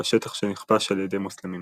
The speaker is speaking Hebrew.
בשטח שנכבש על ידי מוסלמים.